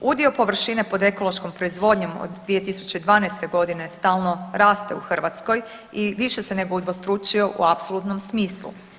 Udio površine pod ekološkom proizvodnjom od 2012. godine stalno raste u Hrvatskoj i više se nego udvostručio u apsolutnom smislu.